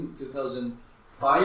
2005